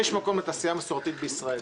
יש מקום לתעשייה מסורתית בישראל.